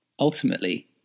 Ultimately